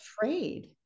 afraid